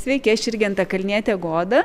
sveiki aš irgi antakalnietė goda